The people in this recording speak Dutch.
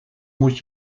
moet